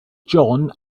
john